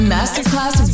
Masterclass